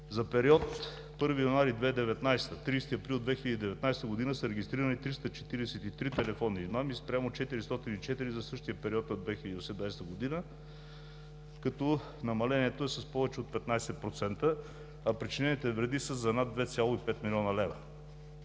За периода 1 януари 2019 г. – 30 април 2019 г. са регистрирани 343 телефонни измами спрямо 404 за същия период на 2018 г., като намалението е с повече от 15%, а причинените вреди са за над 2,5 млн. лв.